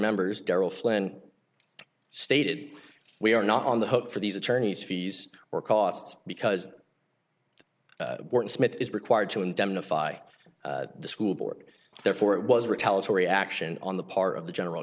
members daryl flynn stated we are not on the hook for these attorneys fees or costs because smith is required to indemnify the school board therefore it was a retaliatory action on the part of the general